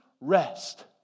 rest